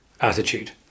attitude